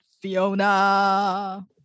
Fiona